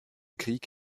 krieg